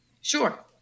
Sure